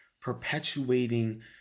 perpetuating